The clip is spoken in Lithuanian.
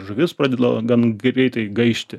žuvis pradeda gan greitai gaišti